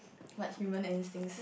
like human instincts